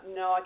no